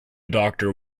doctor